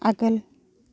आगोल